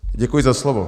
Děkuji za slovo.